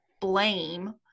blame